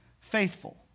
faithful